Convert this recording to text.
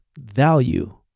value